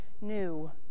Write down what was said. new